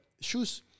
shoes